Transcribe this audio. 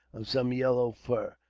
of some yellow fur.